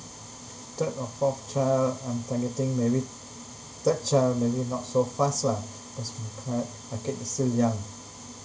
third or fourth child I'm targeting maybe third child maybe not so fast lah cause we can't my kid is still young